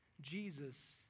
Jesus